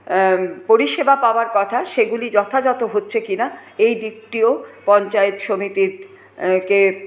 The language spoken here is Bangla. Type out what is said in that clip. পরিষেবা পাওয়ার কথা সেগুলি যথাযথ হচ্ছে কিনা এই দিকটিও পঞ্চায়েত সমিতি কে